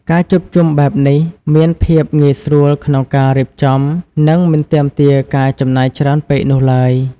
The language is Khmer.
ការជួបជុំបែបនេះមានភាពងាយស្រួលក្នុងការរៀបចំនិងមិនទាមទារការចំណាយច្រើនពេកនោះឡើយ។